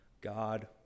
God